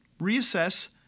Reassess